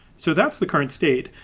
so that's the current state.